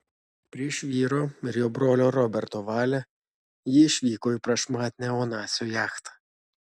prieš vyro ir jo brolio roberto valią ji išvyko į prašmatnią onasio jachtą